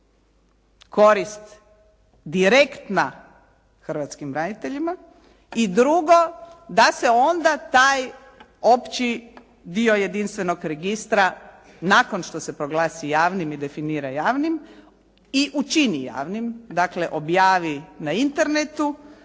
korist direktna hrvatskim braniteljima i drugo da se onda taj opći dio jedinstvenog registra, nakon što se proglasi javnim i definira javnim i učini javnim, dakle objavi na Internetu